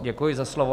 Děkuji za slovo.